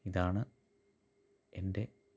ഇതാണ് എന്റെ പത്രം